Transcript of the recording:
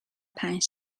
پنج